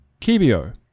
Kibio